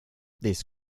this